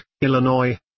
Illinois